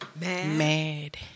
mad